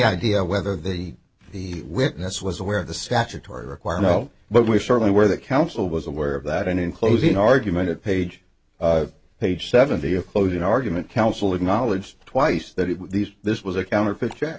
idea whether the the witness was aware of the statutory require no but we certainly were that counsel was aware of that and in closing argument at page page seventy of closing argument counsel acknowledged twice that if this was a counterfeit check